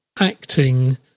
acting